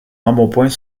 embonpoint